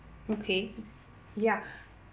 okay ya